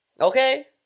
Okay